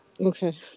okay